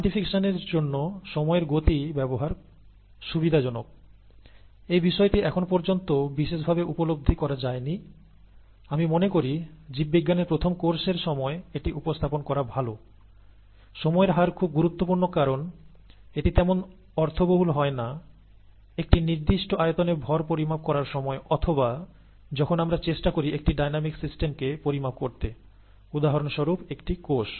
quantification এর জন্য সময়ের গতি ব্যবহার সুবিধাজনক এই বিষয়টি এখন পর্যন্ত বিশেষ ভাবে উপলব্ধি করা যায় নি আমি মনে করি জীববিজ্ঞানের প্রথম কোর্সের সময় এটি উপস্থাপন করা ভালো সময়ের হার খুব গুরুত্বপূর্ণ কারণ এটি তেমন অর্থবহুল হয় না একটি নির্দিষ্ট আয়তনে ভর পরিমাপ করার সময় অথবা যখন আমরা চেষ্টা করি একটি ডায়নামিক সিস্টেমকে পরিমাপ করতে উদাহরণস্বরূপ একটি কোষ